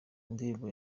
indirimbo